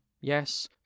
Yes